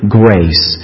grace